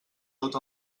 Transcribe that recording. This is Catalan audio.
tot